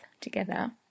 together